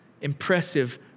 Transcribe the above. impressive